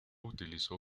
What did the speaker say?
utilizó